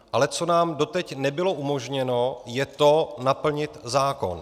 Ale co nám doteď nebylo umožněno, je to, naplnit zákon.